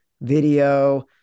video